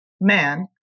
man